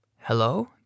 Hello